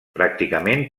pràcticament